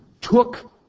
took